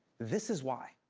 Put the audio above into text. this is why.